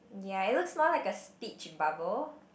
ya it looks more like a speech bubble